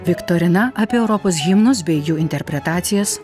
viktorina apie europos himnus bei jų interpretacijas